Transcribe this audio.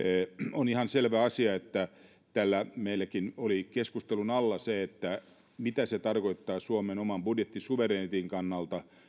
on ihan selvä asia että täällä meilläkin oli keskustelun alla se mitä se tarkoittaa suomen oman budjettisuvereniteetin kannalta